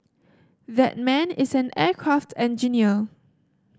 that man is an aircraft engineer